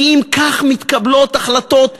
כי אם כך מתקבלות החלטות,